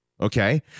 Okay